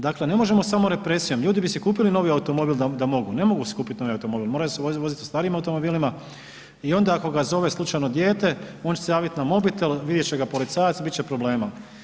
Dakle, ne možemo samo represijom, ljudi bi si kupili novi automobil da mogu, ne mogu si kupiti novi automobil, moraju se voziti u starim automobilima i onda ga zove slučajno dijete, on će se javiti na mobitel, vidjet će ga policajac bit će problema.